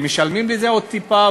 ומשלמים על זה עוד טיפה,